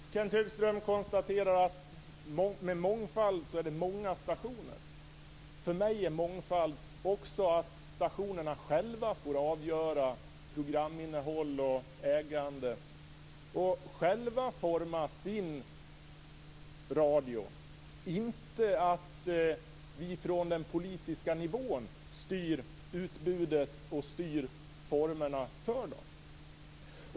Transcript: Fru talman! Kenth Högström konstaterar att med mångfald så är det många stationer. För mig är mångfald också att stationerna själva får avgöra programinnehåll och ägande och själva forma sin radio, inte att vi från den politiska nivån styr utbudet och formerna för dem.